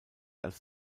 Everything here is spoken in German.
als